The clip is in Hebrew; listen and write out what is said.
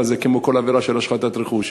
אלא זה כמו כל עבירה של השחתת רכוש.